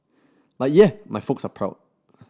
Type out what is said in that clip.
but yeah my folks are proud